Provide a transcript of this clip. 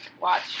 watch